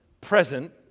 present